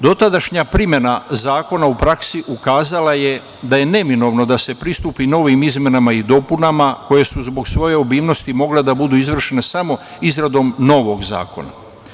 Dotadašnja primena zakona u praksi ukazala je da je neminovno da se pristupi novim izmenama i dopunama koje su zbog svoje obimnosti mogle da budu izvršene samo izradom novog zakona.